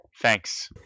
thanks